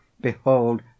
behold